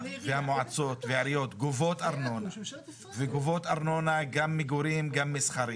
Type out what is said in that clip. המועצות והעיריות גובות ארנונה וגובות ארנונה גם למגורים וגם למסחר,